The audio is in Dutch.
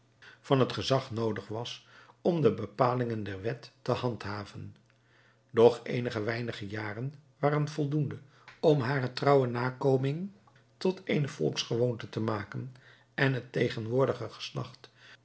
van het gezag noodig was om de bepalingen der wet te handhaven doch eenige weinige jaren waren voldoende om hare trouwe nakoming tot eene volksgewoonte te maken en het tegenwoordige geslacht